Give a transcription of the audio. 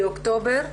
באוקטובר,